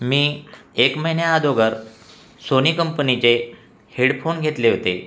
मी एक महिन्याअगोदर सोनी कंपनीचे हेडफोन घेतले होते